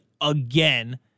again